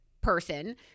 person